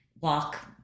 walk